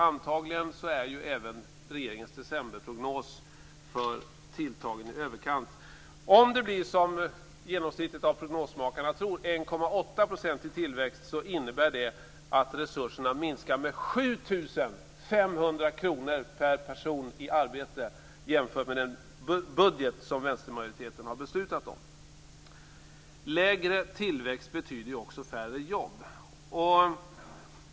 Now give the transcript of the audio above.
Antagligen är även regeringens decemberprognos tilltagen i överkant. Om det blir som genomsnittet av prognosmakarna tror, 1,8 % i tillväxt, innebär det att resurserna minskar med 7 500 kr per person i arbete jämfört med den budget som vänstermajoriteten har beslutat om. Lägre tillväxt betyder också färre jobb.